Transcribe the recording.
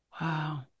Wow